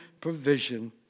provision